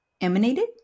emanated-